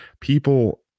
People